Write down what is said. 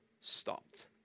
stopped